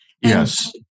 Yes